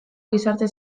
gizarte